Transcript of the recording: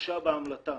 מתקשה בהמלטה,